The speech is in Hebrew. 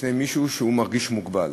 בפני מישהו כשהוא מרגיש מוגבל.